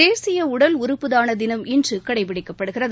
தேசிய உடல் உறுப்புதான தினம் இன்று கடைபிடிக்கப்படுகிறது